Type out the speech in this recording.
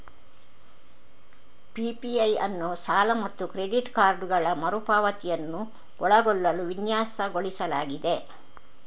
PPI ಅನ್ನು ಸಾಲ ಮತ್ತು ಕ್ರೆಡಿಟ್ ಕಾರ್ಡುಗಳ ಮರು ಪಾವತಿಯನ್ನು ಒಳಗೊಳ್ಳಲು ವಿನ್ಯಾಸಗೊಳಿಸಲಾಗಿದೆ